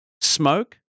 smoke